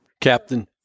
Captain